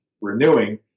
renewing